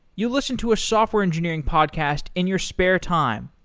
you listen to a software engineering podcast in your spare time,